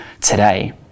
today